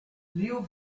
leo